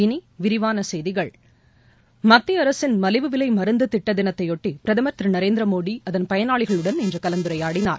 இனிவிரிவானசெய்திகள் மத்தியஅரசின் மலிவு விலைமருந்துதிட்டதினத்தைபொட்டிபிரதமர் திருநரேந்திரமோடி அதன் பயனாளிகளுடன் இன்றுகலந்துரையாடினார்